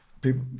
people